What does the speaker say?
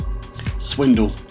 Swindle